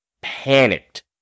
panicked